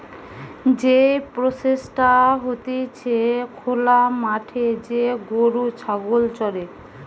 যেই প্রসেসটা হতিছে খোলা মাঠে যে গরু ছাগল চরে